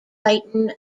brighton